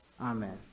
Amen